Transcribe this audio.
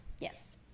Yes